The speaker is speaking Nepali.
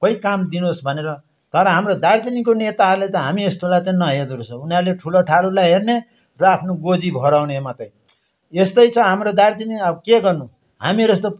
खोइ काम दिनुहोस् भनेर तर हाम्रो दार्जिलिङको नेताहरूले त हामी यस्तोलाई त नहेर्दो रहेछ उनीहरूले ठुलो ठालोलाई हेर्ने र आफ्नो गोजी भराउने मात्रै यस्तै छ हाम्रो दार्जिलिङ अब के गर्नु हामीहरू यस्तो